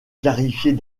clarifier